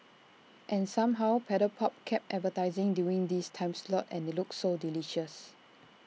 and somehow Paddle pop kept advertising during this time slot and IT looked so delicious